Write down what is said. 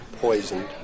poisoned